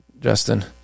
Justin